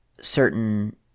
certain